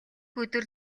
өдөр